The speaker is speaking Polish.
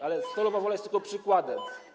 Ale Stalowa Wola jest tylko przykładem.